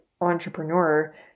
entrepreneur